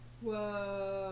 Whoa